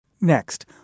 Next